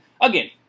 Again